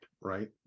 right